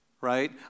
right